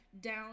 down